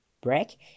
break